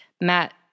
Matt